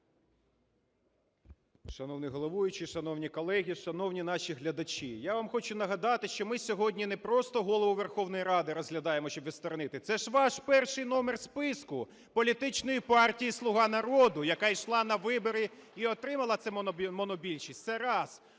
Шановний головуючий, шановні колеги, шановні наші глядачі! Я вам хочу нагадати, що ми сьогодні не просто Голову Верховної Ради розглядаємо, щоб відсторонити. Це ж ваш перший номер у списку політичної партії "Слуга народу", яка йшла на вибори і отримала цю монобільшість. Це раз.